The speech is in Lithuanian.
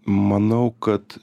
manau kad